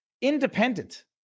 Independent